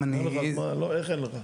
אם אני --- איך אין לך?